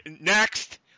next